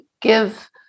give